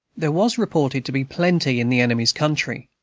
there was reported to be plenty in the enemy's country,